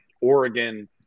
Oregon